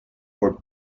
for